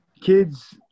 kids